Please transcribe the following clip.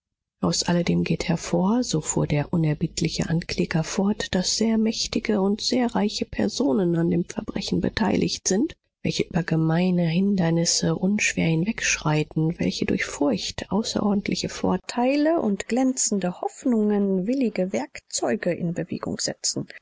aus alledem geht hervor so fuhr der unerbittliche ankläger fort daß sehr mächtige und sehr reiche personen an dem verbrechen beteiligt sind welche über gemeine hindernisse unschwer hinwegschreiten welche durch furcht außerordentliche vorteile und glänzende hoffnungen willige werkzeuge in bewegung setzen